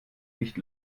nicht